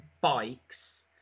bikes